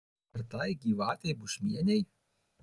ir tai gyvatei bušmienei